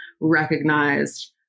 recognized